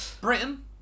Britain